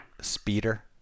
Speeder